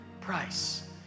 price